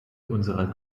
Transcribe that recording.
unserer